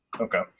Okay